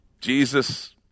Jesus